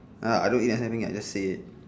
uh I don't eat nasi ayam penyet I just say it